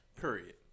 Period